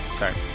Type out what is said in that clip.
sorry